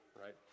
right